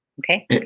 okay